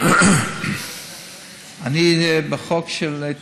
אני שואל, אני שואל.